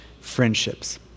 friendships